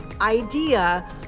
idea